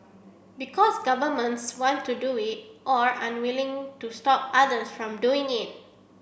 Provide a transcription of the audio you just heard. because governments want to do it or are unwilling to stop others from doing it